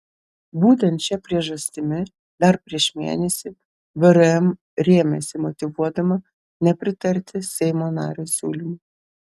būtent šia priežastimi dar prieš mėnesį vrm rėmėsi motyvuodama nepritarti seimo nario siūlymui